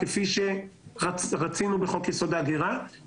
כפי שרצינו בחוק יסוד: ההגירה,